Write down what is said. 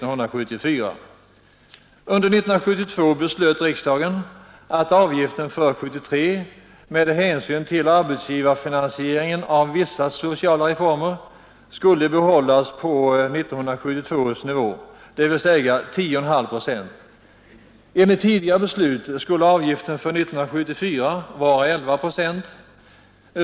Under 1972 beslöt riksdagen att avgiften för 1973 med hänsyn till arbetsgivarfinansieringen av vissa sociala reformer skulle behållas på 1972 års nivå, dvs. 10,5 procent. Enligt tidigare beslut skulle avgiften för 1974 vara 11 procent.